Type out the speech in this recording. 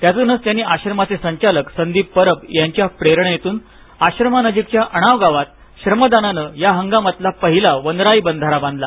त्यातूनच त्यांनी आश्रमाचे संचालक संदीप परब यांच्या प्रेरणेतून आश्रमनाजीकच्या अणाव गावात श्रमदानाने या हंगामातला पहिला वनराई बंधारा बांधला